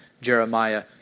Jeremiah